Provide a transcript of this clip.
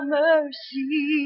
mercy